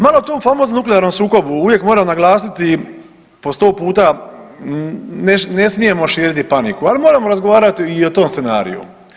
Malo tu o famoznom nuklearnom sukobu, uvijek moram naglasiti po 100 puta, ne smijemo širiti paniku, ali moramo razgovarati i o tom scenariju.